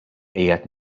qiegħed